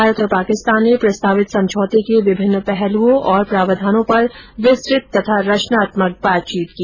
भारत और पाकिस्तान ने प्रस्तावित समझौते के विभिन्न पहलुओं और प्रावधानों पर विस्तृत तथा रचनात्मक बातचीत की